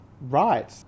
Right